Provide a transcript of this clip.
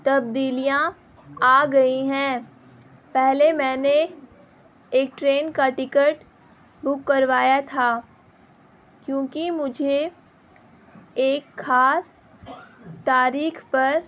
تبدیلیاں آ گئی ہیں پہلے میں نے ایک ٹرین کا ٹکٹ بک کروایا تھا کیونکہ مجھے ایک خاص تاریخ پر